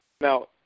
Now